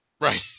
Right